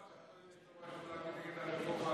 תודה רבה.